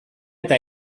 eta